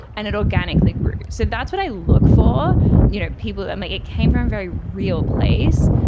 and it organically grew. so that's what i look for you know people that make it came from very real place.